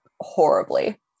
horribly